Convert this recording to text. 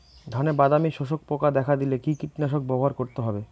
ধানে বাদামি শোষক পোকা দেখা দিলে কি কীটনাশক ব্যবহার করতে হবে?